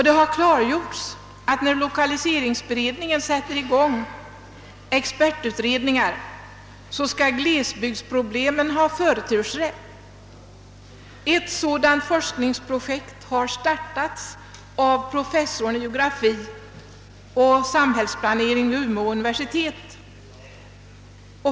Det har klargjorts att när lokaliseringsberedningen sätter i gång expertutredningar skall glesbygdsproblemen ha förtursrätt. Ett sådant forskningsprojekt har startats av professorn i geografi och samhällsplanering vid Umeå universitet.